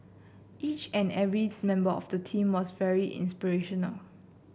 each and every member of the team was very inspirational